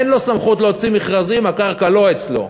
אין לו סמכות להוציא מכרזים, הקרקע לא אצלו.